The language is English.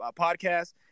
podcast